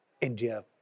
India